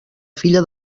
filla